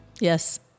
Yes